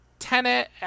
Tenant